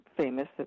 famous